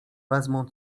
wezmą